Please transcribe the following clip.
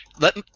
Let